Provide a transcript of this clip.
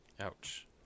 Ouch